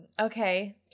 Okay